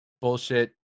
bullshit